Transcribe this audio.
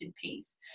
piece